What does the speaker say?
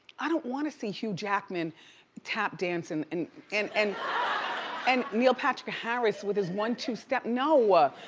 i don't wanna see hugh jackman tap dancing and and and and neil patrick harris with his one-two step, no!